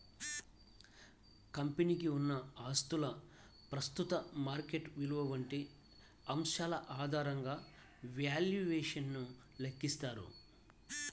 కంపెనీకి ఉన్న ఆస్తుల ప్రస్తుత మార్కెట్ విలువ వంటి అంశాల ఆధారంగా వాల్యుయేషన్ ను లెక్కిస్తారు